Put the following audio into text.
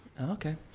Okay